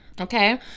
okay